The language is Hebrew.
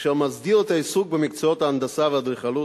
אשר מסדיר את העיסוק במקצועות ההנדסה והאדריכלות,